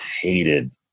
hated